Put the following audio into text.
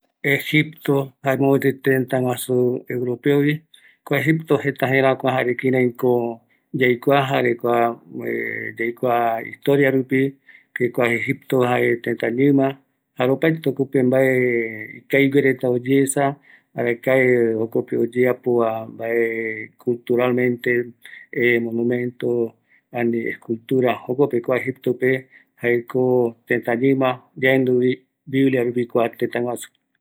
Egipto, jae mopeti tetaguasu africano, kua egipto jeta jerakua jare kireiko yaikua jare kua jare yaikua jae kua historia rupi, kua Egipto jae teta ñima, jare opaete jokope mbae ikaviguereta oyesa, jare mabe jokope oyeapova culturalmente monumento, escultura, jokope kua egipto pe jaeko teta ñima yaenduvi biblia rupi kua tetaguasu.